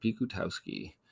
Pikutowski